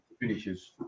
finishes